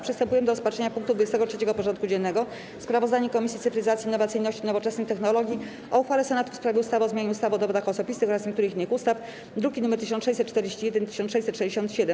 Przystępujemy do rozpatrzenia punktu 23. porządku dziennego: Sprawozdanie Komisji Cyfryzacji, Innowacyjności i Nowoczesnych Technologii o uchwale Senatu w sprawie ustawy o zmianie ustawy o dowodach osobistych oraz niektórych innych ustaw (druki nr 1641 i 1667)